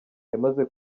yamaze